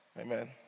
Amen